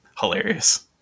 Hilarious